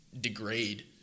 degrade